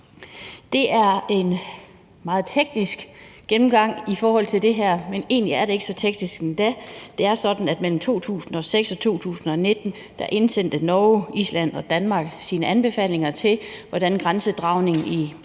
Det er en meget teknisk gennemgang i forhold til det her, men egentlig er det ikke så teknisk endda. Det er sådan, at i 2006 og 2019 indsendte Norge, Island og Danmark sine anbefalinger til, hvordan grænsedragningen i det